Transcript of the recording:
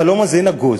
החלום הזה נגוז.